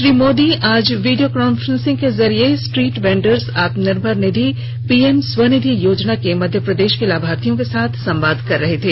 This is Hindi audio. श्री मोदी आज वीडियो कांफ्रेंसिंग के जरिए स्ट्रीट वेंडर्स आत्मनिर्भर निधि पीएम स्वनिधि योजना के मध्य प्रदेश के लाभार्थियों के साथ संवाद कर रहे थे